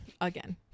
again